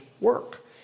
work